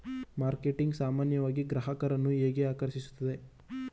Marketing ಸಾಮಾನ್ಯವಾಗಿ ಗ್ರಾಹಕರನ್ನು ಹೇಗೆ ಆಕರ್ಷಿಸುತ್ತದೆ?